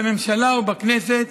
בממשלה ובכנסת,